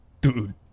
Dude